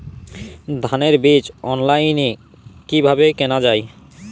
ধানের বীজ অনলাইনে কিভাবে কেনা যায়?